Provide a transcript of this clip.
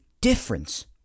difference